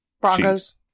Broncos